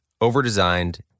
overdesigned